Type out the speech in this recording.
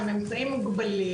הם אמצעים מוגבלים.